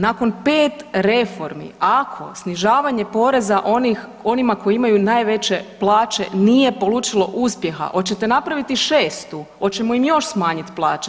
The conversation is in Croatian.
Nakon 5 reformi, ako snižavanje poreza onima koji imaju najveće plaće, nije polučilo uspjeha, hoćete napraviti 6., hoćemo im još smanjiti plaće?